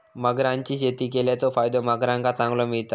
मगरांची शेती केल्याचो फायदो मगरांका चांगलो मिळता